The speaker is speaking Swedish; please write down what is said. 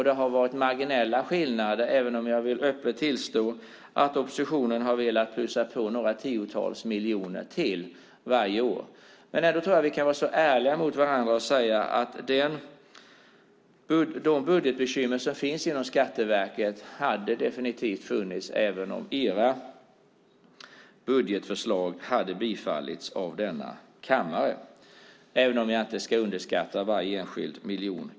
Det har varit marginella skillnader, även om jag vill öppet tillstå att oppositionen har velat plussa på några tiotals miljoner till varje år. Ändå tror jag att vi kan vara så ärliga mot varandra att vi kan säga att de budgetbekymmer som finns inom Skatteverket hade definitivt funnits även om era budgetförslag hade bifallits av denna kammare - även om jag inte ska underskatta varje enskild miljon.